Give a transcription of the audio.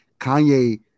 Kanye